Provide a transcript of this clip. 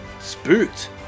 spooked